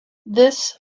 this